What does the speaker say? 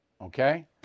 Okay